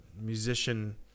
musician